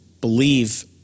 believe